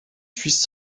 suisses